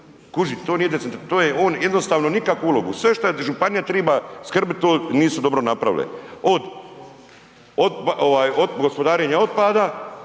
kužite, to nije decentralizacije, jednostavno nikakvu ulogu, što je županija, treba skrbit to nisu dobro napravili, od gospodarenja otpada